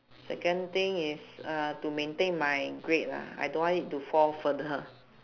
second thing is uh to maintain my grade lah I don't want it to fall further